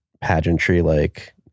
pageantry-like